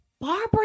Barbara